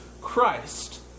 Christ